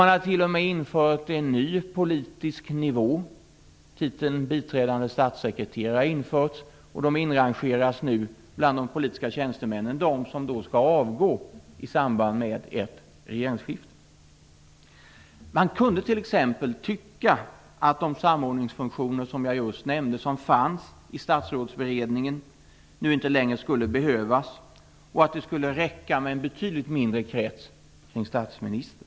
Man har t.o.m. infört en ny politisk nivå. Titeln biträdande statssekreterare har införts. De inrangeras nu bland de politiska tjänstemännen, de som skall avgå i samband med ett regeringsskifte. Man kunde t.ex. tycka att de samordningsfunktioner jag just nämnde, som fanns i statsrådsberednigen, nu inte längre skulle behövas. Det skulle räcka med en betydligt mindre krets kring statsministern.